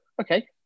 Okay